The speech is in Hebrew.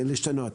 להשתנות.